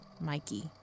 Mikey